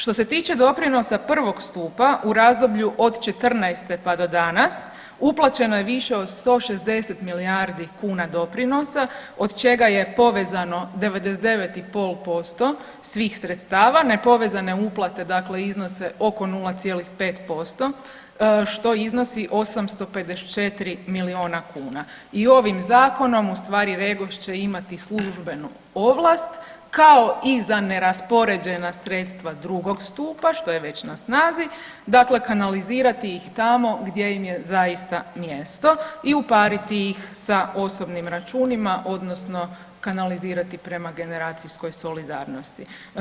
Što se tiče doprinosa prvog stupa u razdoblju od '14. pa do danas uplaćeno je više od 160 milijardi kuna doprinosa, od čega je povezano 99,5% svih sredstava, nepovezane uplate dakle iznose oko 0,5%, što iznosi 854 milijuna kuna i ovim Zakonom ustvari REGOS će imati službenu ovlast kao i za neraspoređena sredstva drugog stupa, što je već na snazi, dakle kanalizirati ih tamo gdje im je zaista mjesto i upariti ih sa osobnim računima, odnosno kanalizirati prema generacijskoj solidarnosti.